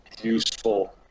useful